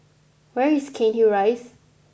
where is Cairnhill Rise